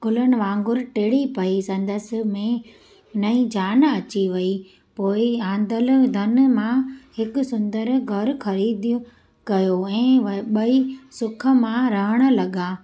गुलनि वांगुरु टिणी पेई संदसि में नई जान अची वेई पोइ आंदलु धन मां हिकु सुंदर घरु ख़रीद कयो ऐं ॿई सुखु सां रहणु लॻा